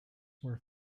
were